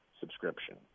subscription